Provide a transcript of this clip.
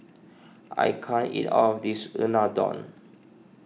I can't eat all of this Unadon